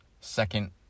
Second